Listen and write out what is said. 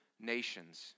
nations